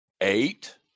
eight